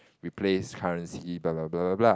replace currency blah blah blah blah blah